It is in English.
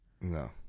No